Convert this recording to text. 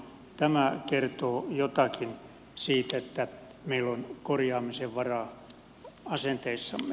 tämä kertoo jotakin siitä että meillä on korjaamisen varaa asenteissamme